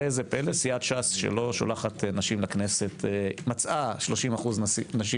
ראה זה פלא סיעת ש"ס לא שולחת נשים לכנסת מצאה 30% נשים